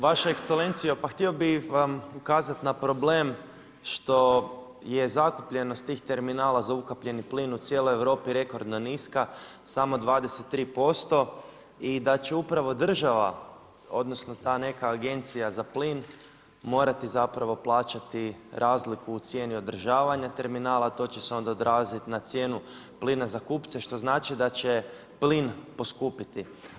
Vaša ekscelencijo pa htio bih vam ukazat na problem što je zakupljenost tih terminala za ukapljeni plin u cijeloj Europi rekordno niska, samo 23% i da će upravo država, odnosno ta neka agencija za plin morati zapravo plaćati razliku u cijeni održavanja terminala, a to će se onda odrazit na cijenu plina za kupce, što znači da će plin poskupiti.